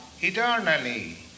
eternally